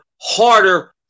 harder